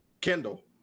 kendall